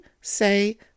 say